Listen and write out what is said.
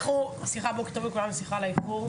בוקר טוב לכולם, וסליחה על האיחור.